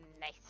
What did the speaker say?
Nice